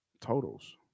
totals